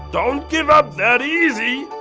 don't give up that easy!